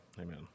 amen